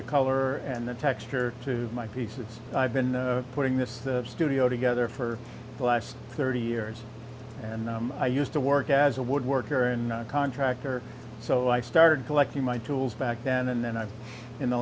the color and the texture to my piece that i've been putting this the studio together for the last thirty years and i used to work as a wood worker and contractor so i started collecting my tools back then and then i in the